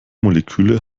moleküle